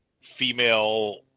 female